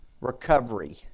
recovery